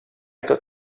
got